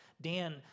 Dan